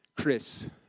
Chris